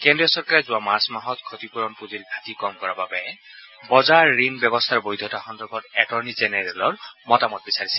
কেজ্ৰীয় চৰকাৰে যোৱা মাৰ্চ মাহত ক্ষতিপূৰণ পুঁজিৰ ঘাটি কম কৰাৰ বাবে বজাৰ ঋণ ব্যৱস্থাৰ বৈধতা সন্দৰ্ভত এটৰ্নি জেনেৰেলৰ মতামত বিচাৰিছে